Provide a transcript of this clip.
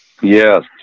Yes